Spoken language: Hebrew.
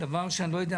אני לא יודע.